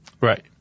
Right